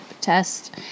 test